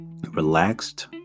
relaxed